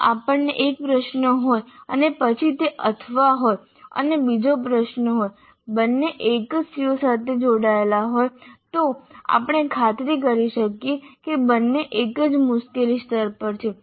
જો આપણને એક પ્રશ્ન હોય અને પછી તે અથવા હોય અને બીજો પ્રશ્ન હોય બંને એક જ CO સાથે જોડાયેલા હોય તો આપણે ખાતરી કરી શકીએ કે બંને એક જ મુશ્કેલી સ્તર પર છે